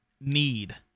need